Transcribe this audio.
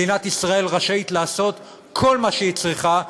מדינת ישראל רשאית לעשות כל מה שהיא צריכה,